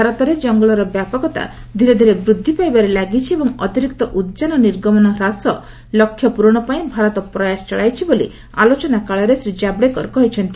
ଭାରତରେ ଜଙ୍ଗଲର ବ୍ୟାପକତା ଧୀରେ ଧୀରେ ବୃଦ୍ଧି ପାଇବାରେ ଲାଗିଛି ଏବଂ ଅତିରିକ୍ତ ଉଦ୍ଯାନ ନିର୍ଗମନ ହ୍ରାସ ଲକ୍ଷ୍ୟ ପ୍ରରଣ ପାଇଁ ଭାରତ ପ୍ରୟାସ ଚଳାଇଛି ବୋଲି ଆଲୋଚନାକାଳରେ ଶ୍ରୀ ଜାବ୍ଡେକର କହିଛନ୍ତି